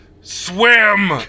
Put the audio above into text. Swim